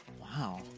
Wow